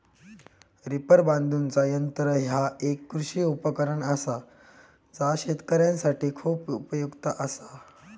reaper बांधुचा यंत्र ह्या एक कृषी उपकरण असा जा शेतकऱ्यांसाठी खूप उपयुक्त असा